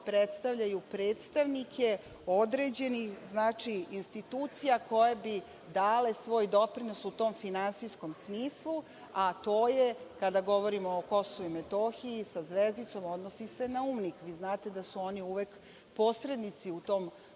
predstavljaju predstavnike određenih institucija koje bi dale svoj doprinos u tom finansijskom smislu, a to se kada govorimo o Kosovu i Metohiji sa zvezdicom odnosi na UNMIK. Vi znate da su oni uvek posrednici u tom